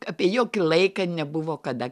apie jokį laiką nebuvo kada